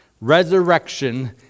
Resurrection